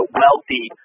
wealthy